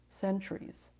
centuries